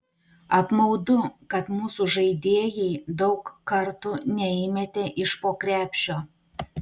apmaudu kad mūsų žaidėjai daug kartų neįmetė iš po krepšio